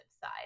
side